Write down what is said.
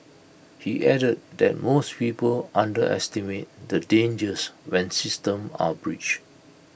he added that most people underestimate the dangers when systems are breached